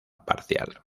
parcial